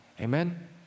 Amen